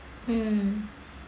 mm